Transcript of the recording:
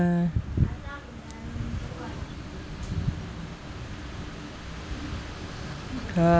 uh uh